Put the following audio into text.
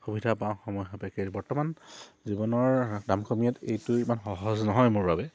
সুবিধা পাওঁ সময়ভাৱে বৰ্তমান জীৱনৰ কাম কমিয়াত এইটো ইমান সহজ নহয় মোৰ বাবে